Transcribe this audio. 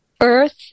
earth